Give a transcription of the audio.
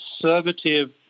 conservative